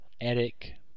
Eric